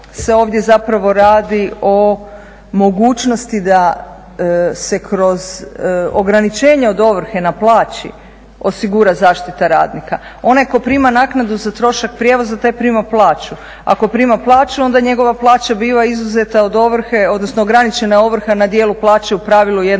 se ovdje zapravo radi o mogućnosti da se kroz ograničenje od ovrhe na plaći osigura zaštita radnika. Onaj tko prima naknadu za trošak prijevoza taj prima plaću, a ako prima plaću onda njegova plaća biva izuzeta od ovrhe, odnosno ograničena je ovrha na dijelu plaće u pravilu jednoj